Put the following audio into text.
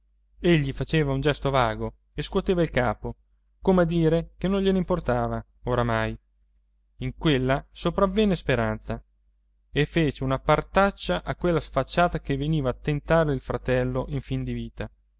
egli faceva un gesto vago e scuoteva il capo come a dire che non gliene importava oramai in quella sopravvenne speranza e fece una partaccia a quella sfacciata che veniva a tentarle il fratello in fin di vita